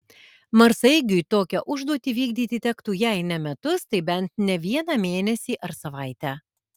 marsaeigiui tokią užduotį vykdyti tektų jei ne metus tai bent ne vieną mėnesį ar savaitę